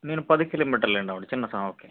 నేను పది కిలోమీటర్లే అండి చిన్న సా ఓకే